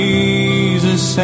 Jesus